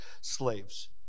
slaves